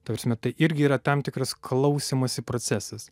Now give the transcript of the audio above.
ta prasme tai irgi yra tam tikras klausymosi procesas